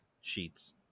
sheets